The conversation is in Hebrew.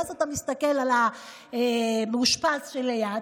ואז אתה מסתכל על המאושפז שליד,